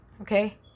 okay